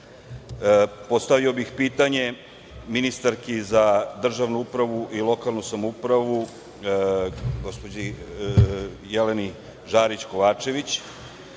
postavio pitanje ministarki za državnu upravu i lokalnu samoupravu gospođi Jeleni Žarić Kovačević. Imali